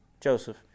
Joseph